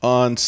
on